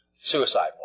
Suicide